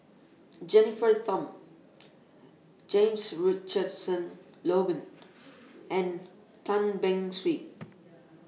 Jennifer Tham James Richardson Logan and Tan Beng Swee